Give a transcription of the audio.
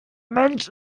mensch